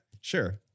Sure